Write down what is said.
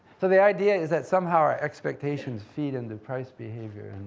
so the idea is that, somehow, our expectations feed into price behavior. and